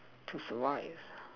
choose to why is